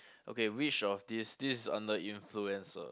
okay which of these this under influencer